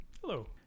hello